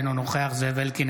אינו נוכח זאב אלקין,